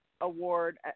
award